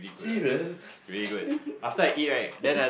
serious